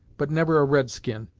but never a red-skin.